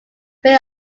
prey